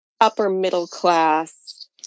upper-middle-class